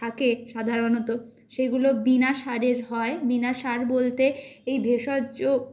থাকে সাধারণত সেইগুলো বিনা সারের হয় বিনা সার বলতে এই ভেষজ